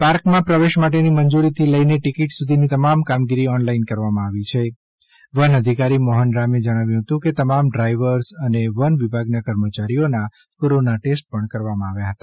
પાર્કમાં પ્રવેશ માટેની મંજુરીથી લઈને ટિકિટ સુધીની તમામ કામગીરી ઓન લાઈન કરવામાં આવી છે વન અધિકારી મોહન રામેં જણાવ્યું હતું કે તમામ ડ્રાયવર અને વનવિભાગના કર્મચારીઓ ના કોરોના ટેસ્ટ પણ કરવામાં આવ્યા છે